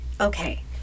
Okay